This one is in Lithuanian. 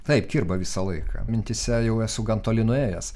taip kirba visą laiką mintyse jau esu gan toli nuėjęs